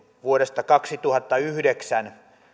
vuodesta kaksituhattayhdeksän